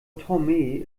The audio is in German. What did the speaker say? tomé